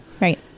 Right